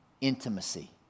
Intimacy